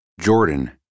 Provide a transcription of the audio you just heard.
Jordan